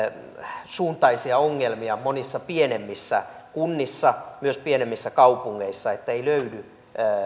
tämänsuuntaisia ongelmia monissa pienemmissä kunnissa myös pienemmissä kaupungeissa että ei löydy